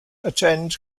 attend